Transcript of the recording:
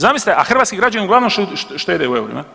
Zamislite, a hrvatski građani uglavnom štede u eurima.